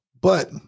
But-